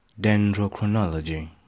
Dendrochronology